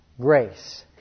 Grace